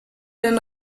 den